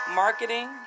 marketing